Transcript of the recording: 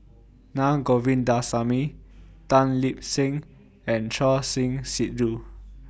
Naa Govindasamy Tan Lip Seng and Choor Singh Sidhu